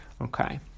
Okay